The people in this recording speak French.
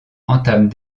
entament